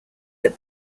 that